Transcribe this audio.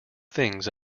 things